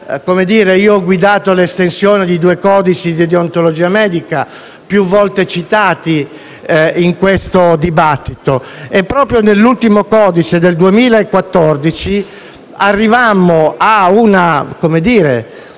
più volte citati in questo dibattito. Proprio nell'ultimo codice del 2014 arrivammo all'individuazione della tematica nutrizione e idratazione,